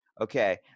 okay